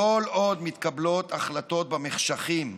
כל עוד מתקבלות החלטות במחשכים,